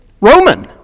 Roman